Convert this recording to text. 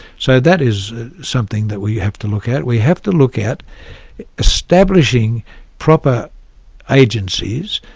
so that is something that we have to look at. we have to look at establishing proper agencies,